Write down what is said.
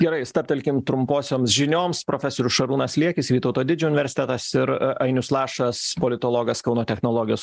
gerai stabtelkim trumposioms žinioms profesorius šarūnas liekis vytauto didžiojo universitetas ir ainius lašas politologas kauno technologijos